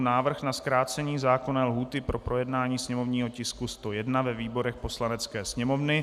Návrh na zkrácení zákonné lhůty pro projednání sněmovního tisku 101 ve výborech Poslanecké sněmovny